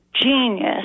genius